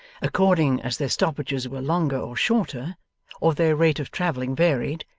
according as their stoppages were longer or shorter or their rate of travelling varied,